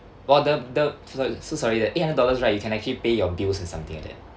well the the so so sorry the eight hundred dollars right you can actually pay your bills or something like that